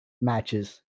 matches